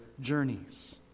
journeys